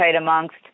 amongst